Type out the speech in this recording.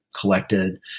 collected